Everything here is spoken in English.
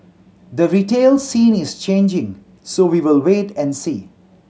the retail scene is changing so we will wait and see